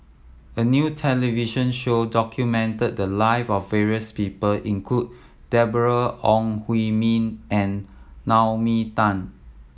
a new television show documented the live of various people include Deborah Ong Hui Min and Naomi Tan